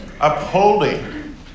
upholding